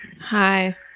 Hi